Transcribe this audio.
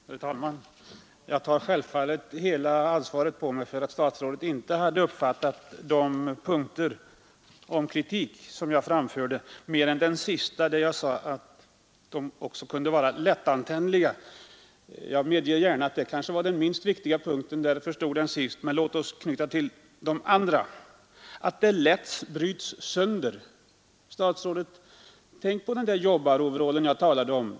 Herr talman! Jag tar självfallet hela ansvaret på mig för att statsrådet inte uppfattade mer än sista punkten i den kritik som jag framförde. Jag medger gärna att den punkten — att korten kan vara lättantändliga — kanske är den minst viktiga. Det var därför den kom sist. Jag sade i mitt första inlägg att kortet lätt kan brytas sönder. Tänk på jobbaroverallen som jag talade om.